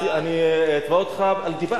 אני אתבע אותך על דיבה.